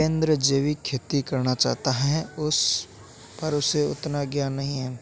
टिपेंद्र जैविक खेती करना चाहता है पर उसे उतना ज्ञान नही है